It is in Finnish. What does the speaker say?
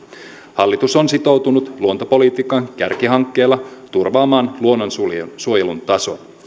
hallitus on sitoutunut luontopolitiikan kärkihankkeella turvaamaan luonnonsuojelun tason